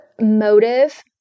motive